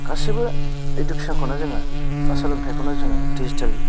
गासैबो एडुकेसनखौनो जोङो बा सोलोंथाइखौनो जोङो डिजिटेल